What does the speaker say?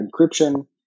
encryption